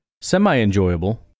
semi-enjoyable